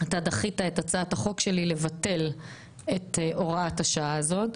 אתה דחית את הצעת החוק שלי לבטל את הוראת השעה הזאת,